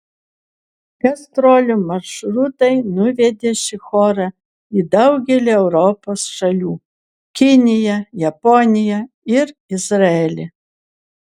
gastrolių maršrutai nuvedė šį chorą į daugelį europos šalių kiniją japoniją ir izraelį